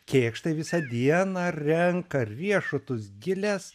kėkštai visą dieną renka riešutus giles